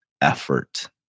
effort